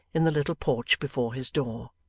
in the little porch before his door.